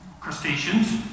crustaceans